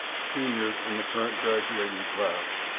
seniors in the current graduating class.